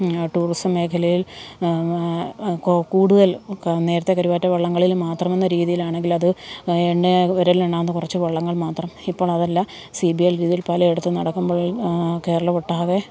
tourism മേഖലയിൽ കൊ കൂടുതൽ നേരത്തെ കരുവാറ്റ വള്ളം കളിയിൽ മാത്രം എന്ന രീതിയിലാണെങ്കിൽ അത് എണ്ണയാ വിരലിൽ എണ്ണാവുന്ന കുറച്ചു വള്ളങ്ങൾ മാത്രം ഇപ്പോൾ അതല്ല സി ബി എൽ രീതിയിൽ പല ഇടത്തും നടക്കുമ്പോഴും കേരളം ഒട്ടാകെ